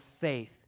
faith